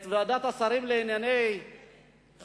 את ועדת השרים לענייני חקיקה.